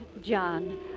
John